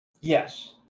Yes